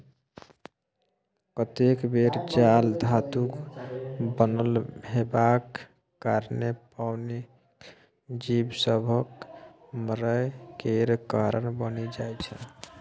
कतेक बेर जाल धातुक बनल हेबाक कारणेँ पानिक जीब सभक मरय केर कारण बनि जाइ छै